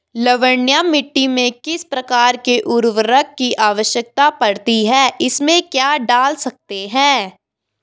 लवणीय मिट्टी में किस प्रकार के उर्वरक की आवश्यकता पड़ती है इसमें क्या डाल सकते हैं?